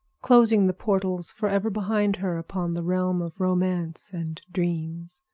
closing the portals forever behind her upon the realm of romance and dreams.